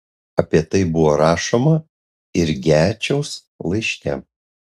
apie tai buvo rašoma ir gečiaus laiške